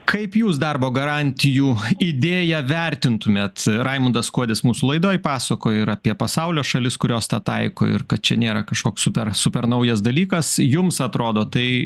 kaip jūs darbo garantijų idėją vertintumėt raimundas kuodis mūsų laidoj pasakojo ir apie pasaulio šalis kurios tą taiko ir kad čia nėra kažkoks super super naujas dalykas jums atrodo tai